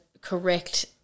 correct